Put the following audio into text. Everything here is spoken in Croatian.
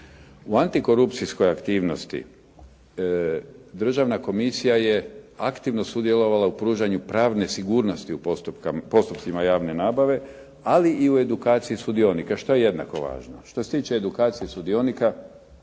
U antikorupcijskoj aktivnosti državna komisija je aktivno sudjelovala u pružanju pravne sigurnosti u postupcima javne nabave, ali i u edukaciji sudionika, što je jednako važno. Što se tiče edukacije sudionika,